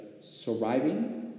surviving